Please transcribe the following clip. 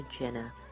Jenna